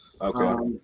Okay